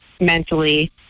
mentally